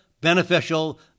beneficial